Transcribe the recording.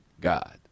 God